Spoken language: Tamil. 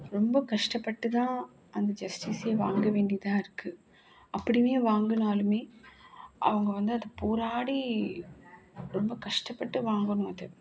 ரொம்ப கஷ்டப்பட்டுதான் அந்த ஜஸ்டிஸ்ஸே வாங்க வேண்டியதாக இருக்குது அப்படியுமே வாங்கினாலுமே அவங்க வந்து அதை போராடி ரொம்ப கஷ்டப்பட்டு வாங்கணும் அதை